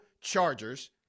Chargers